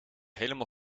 helemaal